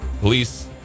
Police